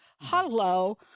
Hello